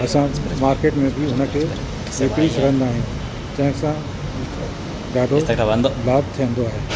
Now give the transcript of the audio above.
असां मार्केट में बि उन खे विकिणी सघंदा आहियूं जंहिंसां ॾाढो लाभ थींदो आहे